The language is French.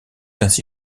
ainsi